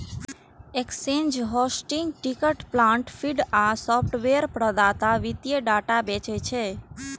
exchange, hosting, ticker plant feed आ software प्रदाता वित्तीय डाटा बेचै छै